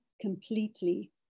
completely